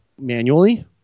Manually